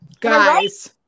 Guys